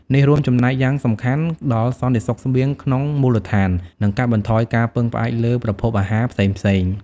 នេះរួមចំណែកយ៉ាងសំខាន់ដល់សន្តិសុខស្បៀងក្នុងមូលដ្ឋាន និងកាត់បន្ថយការពឹងផ្អែកលើប្រភពអាហារផ្សេងៗ។